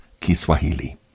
Kiswahili